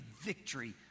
victory